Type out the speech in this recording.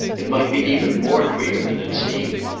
it might be even more queer than it seemed.